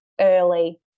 early